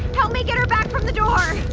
help me get her back from the door!